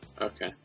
Okay